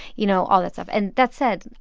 you know, all that stuff and that said,